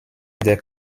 der